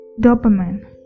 dopamine